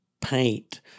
paint